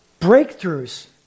breakthroughs